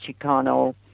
chicano